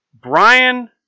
Brian